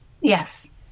Yes